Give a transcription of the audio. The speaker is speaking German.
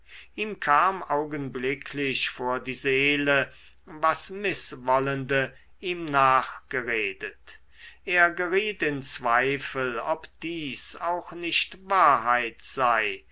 ihm kam augenblicklich vor die seele was mißwollende ihm nachgeredet er geriet in zweifel ob dies auch nicht wahrheit sei